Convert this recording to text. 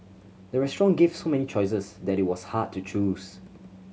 the restaurant give so many choices that it was hard to choose